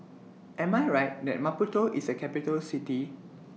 Am I Right that Maputo IS A Capital City